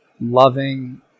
loving